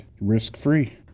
risk-free